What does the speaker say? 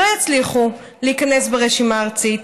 לא יצליחו להיכנס ברשימה הארצית,